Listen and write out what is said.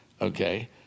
okay